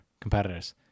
competitors